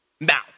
Now